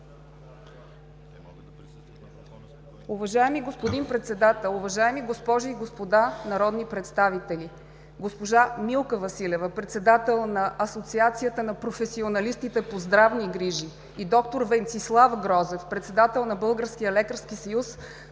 Уважаеми господин Председател, уважаеми госпожи и господа народни представители! Госпожа Милка Василева – председател на Асоциацията на професионалистите по здравни грижи, и д-р Венцислав Грозев – председател на Българския лекарски съюз,